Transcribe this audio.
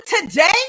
today